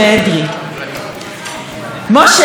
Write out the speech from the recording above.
משה אדרי, יש לו בתי קולנוע,